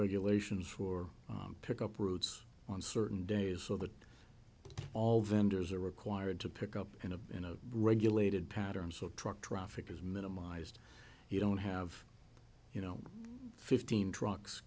regulations for pick up routes on certain days so that all vendors are required to pick up in a in a regulated pattern so truck traffic is minimized you don't have you know fifteen trucks